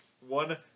one